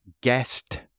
guest